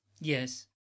yes